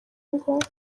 ngo